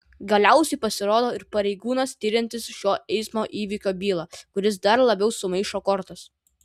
galiausiai pasirodo ir pareigūnas tiriantis šio eismo įvykio bylą kuris dar labiau sumaišo kortas